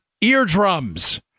eardrums